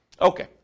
Okay